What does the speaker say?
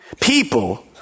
People